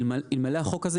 אלמלא החוק הזה,